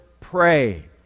pray